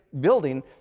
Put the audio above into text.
building